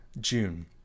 June